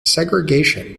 segregation